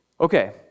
Okay